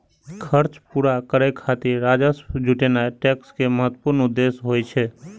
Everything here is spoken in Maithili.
खर्च पूरा करै खातिर राजस्व जुटेनाय टैक्स के महत्वपूर्ण उद्देश्य होइ छै